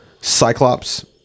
Cyclops